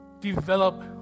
develop